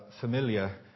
familiar